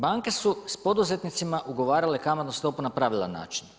Banke su s poduzetnicima ugovarale kamatnu stopu na pravilan način.